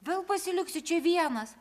vėl pasiliksiu čia vienas